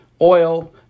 oil